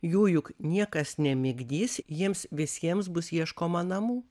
jų juk niekas nemigdys jiems visiems bus ieškoma namų